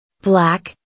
Black